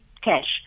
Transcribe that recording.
cash